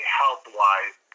health-wise